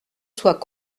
soit